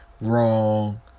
Wrong